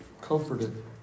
comforted